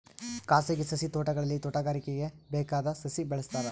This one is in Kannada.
ಖಾಸಗಿ ಸಸಿ ತೋಟಗಳಲ್ಲಿ ತೋಟಗಾರಿಕೆಗೆ ಬೇಕಾದ ಸಸಿ ಬೆಳೆಸ್ತಾರ